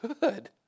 good